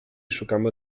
szukamy